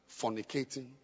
fornicating